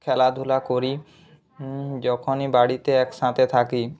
খেলাধূলা করি যখনই বাড়িতে একসাথে থাকি